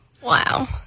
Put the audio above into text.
Wow